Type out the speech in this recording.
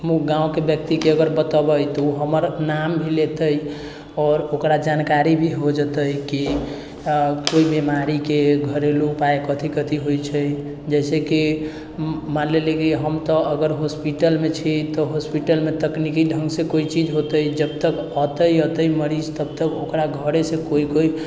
गाँवके व्यक्तिके अगर बतेबै तऽ उ हमर नाम भी लेतै आओर ओकरा जानकारी भी हो जेतै कि कोइ बीमारीके घरेलु उपाय कथी कथी होइ छै जैसे कि मानि लेलियै कि हम तऽ अगर हॉस्पिटलमे छी तऽ हॉस्पिटलमे तकनिकी ढङ्गसँ कोइ चीज होतै जब हम जबतक अतै अतै मरीज तब तक ओकरा घरेसँ कोइ कोइ